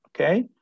okay